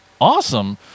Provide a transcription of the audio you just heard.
awesome